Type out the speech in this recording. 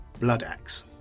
Bloodaxe